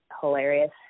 hilarious